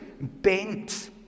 bent